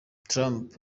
trump